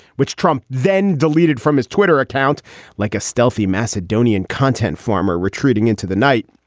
which trump then deleted from his twitter account like a stealthy macedonian content former retreating into the night.